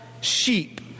sheep